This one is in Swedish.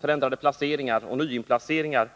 förändrade placeringar och nyinplaceringar